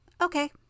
Okay